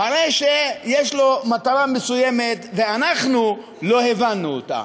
הרי שיש לו מטרה מסוימת, ואנחנו לא הבנו אותה.